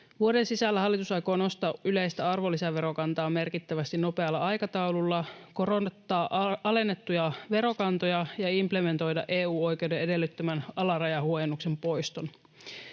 Vuoden sisällä hallitus aikoo nostaa yleistä arvonlisäverokantaa merkittävästi nopealla aikataululla, korottaa alennettuja verokantoja ja implementoida EU-oikeuden edellyttämän alarajahuojennuksen poiston.